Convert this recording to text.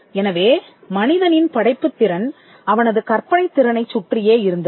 எனவே மனிதனின் படைப்புத்திறன் அவனது கற்பனைத் திறனைச் சுற்றியே இருந்தது